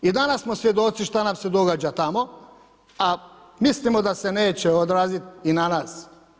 I danas smo svjedoci šta nam se događa tamo, a mislimo da se neće odraziti i na nas.